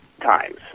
times